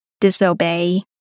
disobey